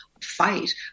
fight